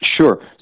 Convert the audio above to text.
Sure